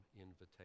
invitation